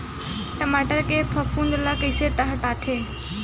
टमाटर के फफूंद ल कइसे हटाथे?